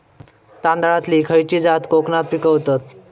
तांदलतली खयची जात कोकणात पिकवतत?